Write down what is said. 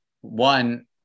one